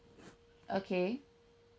okay